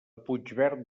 puigverd